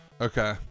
Okay